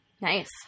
Nice